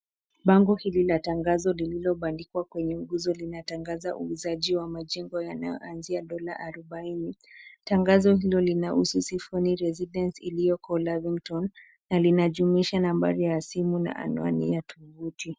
Bango hili la tangazo lililobandikwa kwenye nguzo linatangaza uuzaji wa majengo yanayoanzia dola arubaini. Tangazo hilo linahusu Symphony Residence iliyoko Lavington na linajumuisha nambari ya simu na anwani ya tovuti.